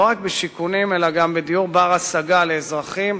לא רק בשיכונים אלא גם בדיור בר-השגה לאזרחים,